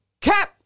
Cap